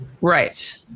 Right